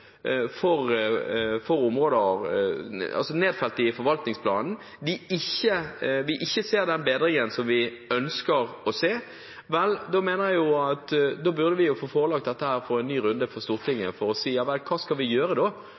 for områder nedfelt i forvaltningsplanen, hvor vi ikke ser den bedringen som vi ønsker å se, burde vi fått oss dette forelagt og fått en ny runde i Stortinget for å se hva vi skal gjøre for å øke innsatsen for å nå de målene som vi